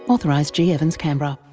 authorised g evans, canberra.